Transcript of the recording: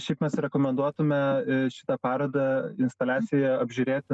šiaip mes rekomenduotume šitą parodą instaliaciją apžiūrėti